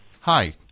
Hi